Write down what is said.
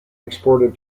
exported